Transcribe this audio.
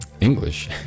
English